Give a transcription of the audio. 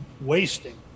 wasting